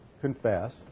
confess